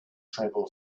travel